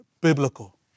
biblical